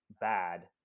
bad